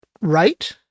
Right